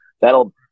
that'll